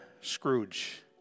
Scrooge